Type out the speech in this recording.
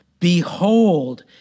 Behold